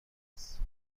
است